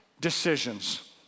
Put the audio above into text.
decisions